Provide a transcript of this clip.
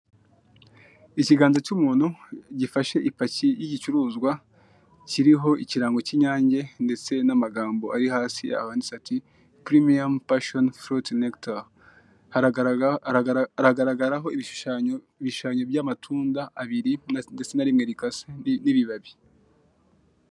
Ikiganza cy'umuntu gifashe ipaki y'igicuruzwa kiriho ikirango cy'Inyange, ndetse n'amagambo ari hasi ahanditse hati: "Premium, Passion fruit nectar", hagaragaraho ibishushanyo by'amatunda abiri ndetse na rimwe rikase n'ibibabi.